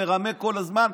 מרמה כל הזמן.